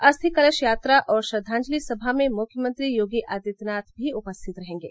अस्थि कलश यात्रा और श्रद्वाजंति सभा में मुख्यमंत्री योगी आदित्यनाथ भी उपस्थित रहेंगे